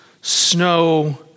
snow